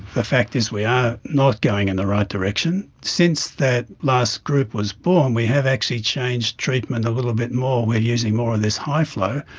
the fact is we are not going in the right direction. since that last group was born we have actually changed treatment a little bit more, we are using more of this high flow,